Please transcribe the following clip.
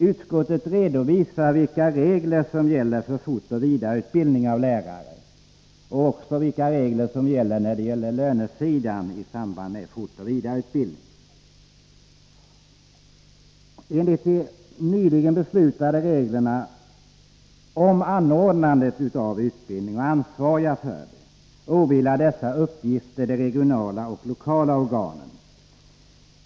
Utskottet redovisar vilka regler som gäller för fortoch vidareutbildning av lärare, och även vilka regler som gäller på lönesidan i samband med fortoch vidareutbildning. Enligt de nyligen beslutade reglerna om anordnandet av utbildning och ansvariga för det åvilar dessa uppgifter de regionala och lokala organen.